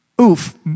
Oof